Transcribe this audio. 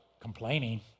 complaining